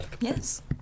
Yes